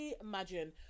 imagine